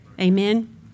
amen